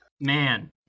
Man